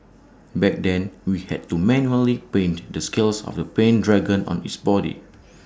back then we had to manually paint the scales of the pain dragon on its body